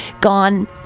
gone